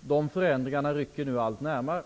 De förändringarna rycker nu allt närmare.